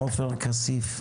עופר כסיף,